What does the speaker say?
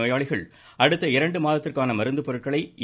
நோயாளிகள் அடுத்த இரண்டு மாதத்திற்கான மருந்துப் பொருட்களை ஏ